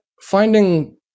finding